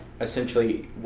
Essentially